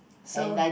so